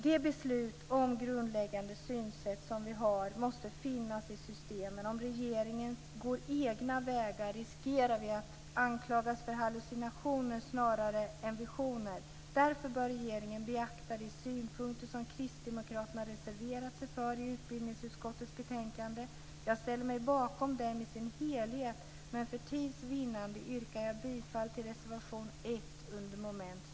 De beslut om grundläggande synsätt som vi har måste finnas i systemen. Om regeringen går egna vägar riskerar vi att anklagas för hallucinationer snarare än för visioner. Därför bör regeringen beakta de synpunkter som kristdemokraterna reserverat sig för i utbildningsutskottets betänkande. Jag ställer mig bakom reservationerna i deras helhet men för tids vinnande yrkar jag bifall endast till reservation 1